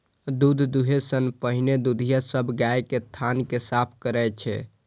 दूध दुहै सं पहिने दुधिया सब गाय के थन कें साफ करै छै